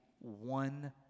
one